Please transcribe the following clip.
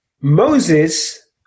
Moses